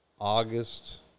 August